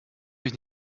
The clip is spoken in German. mich